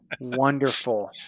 Wonderful